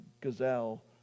gazelle